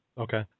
Okay